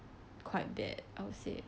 quite bad I would say